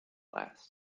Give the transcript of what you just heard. last